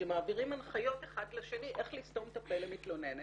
שמעבירים הנחיות אחד לשני איך לסתום את הפה למתלוננת,